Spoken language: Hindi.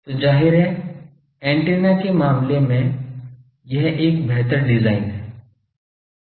तो जाहिर है ऐन्टेना के मामले में यह एक बेहतर डिजाइन है